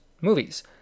movies